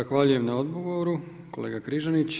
Zahvaljujem na odgovoru, kolega Križanić.